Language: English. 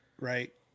right